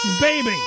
baby